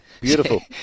Beautiful